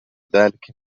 ذلك